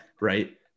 right